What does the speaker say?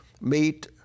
meet